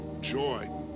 joy